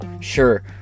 sure